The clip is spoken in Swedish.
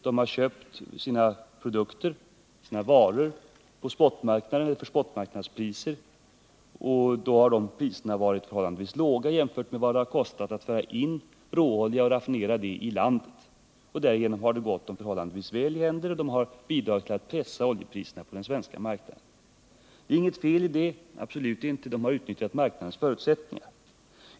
De har köpt sina varor för spotmarknadspriser, och de priserna har varit låga i förhållande till vad det har kostat att föra in råolja och raffinera den i landet. Därigenom har det gått dem ganska väl i händer, och de har bidragit till att pressa oljepriserna på den svenska marknaden. Det är inget fel i det, absolut inte. De har utnyttjat marknadens förutsättningar.